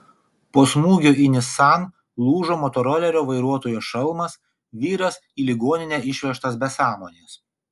po smūgio į nissan lūžo motorolerio vairuotojo šalmas vyras į ligoninę išvežtas be sąmonės